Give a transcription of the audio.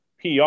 PR